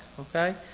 okay